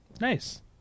Nice